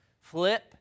flip